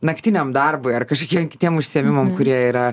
naktiniam darbui ar kažkokiem kitiem užsiėmimam kurie yra